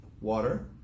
Water